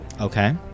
Okay